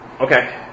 Okay